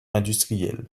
industriels